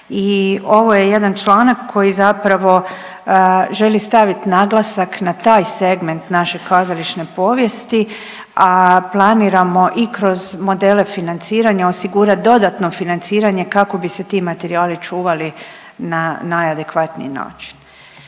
ovo je jedan članak koji zapravo želi staviti naglasak na taj segment naše kazališne povijesti, a planiramo i kroz modele financiranja osigurati dodatno financiranje kako bi se ti materijali čuvali na najadekvatniji način.